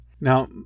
Now